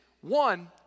One